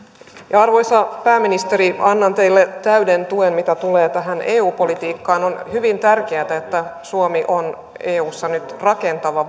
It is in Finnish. ja arvoisa pääministeri annan teille täyden tuen mitä tulee tähän eu politiikkaan on hyvin tärkeätä että suomi on eussa nyt rakentava